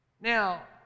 now